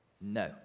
No